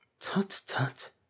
Tut-tut